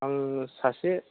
आङो सासे